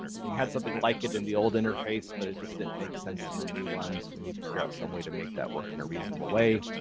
we had something like it in the old interface but it just didn't make sense in the new ones. we need to figure out some way to make that work in a reasonable way.